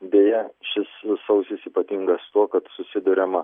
beje šis sausis ypatingas tuo kad susiduriama